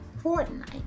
Fortnite